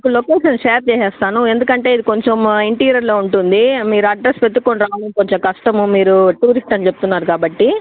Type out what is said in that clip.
మీకు location share చేసేస్తాను ఎందుకంటే ఇది కొంచెం మా ఇంటీరియర్లో ఉంటుంది మీరు అడ్రస్ వెతుక్కోని రావడం కొంచెం కష్టము మీరు టూరిస్టు అని చెబుతున్నారు కాబట్టి